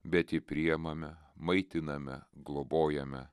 bet jį priemame maitiname globojame